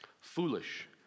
foolish